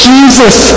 Jesus